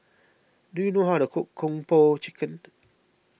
do you know how to cook Kung Po Chicken